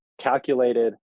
calculated